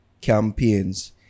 campaigns